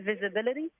visibility